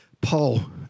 Paul